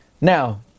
Now